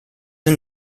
and